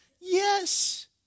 Yes